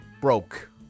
broke